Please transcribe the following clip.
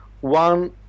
one